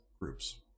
groups